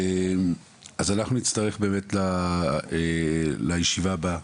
אנחנו נצטרך באמת לישיבה הבאה.